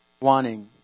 Wanting